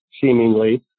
seemingly